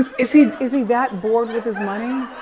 is he is he that bored with his money?